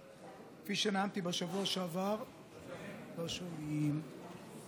כפי שנאמתי בשבוע שעבר, לא שומעים.